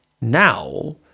now